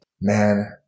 Man